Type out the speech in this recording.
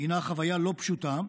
הינה חוויה לא פשוטה,